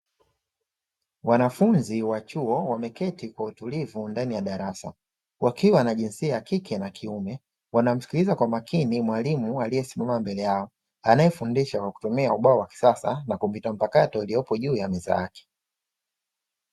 Wanafunzi wa chuo wameketi kwa utulivu ndani ya darasa wakiwa na jinsia ya kike na kiume, wanamsikiliza kwa makini mwalimu aliyesimama mbele yao, anayefundisha kwa kutumia ubao wa kisasa na kompyuta mpakato iliyoko juu ya meza yake.